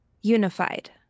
unified